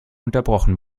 unterbrochen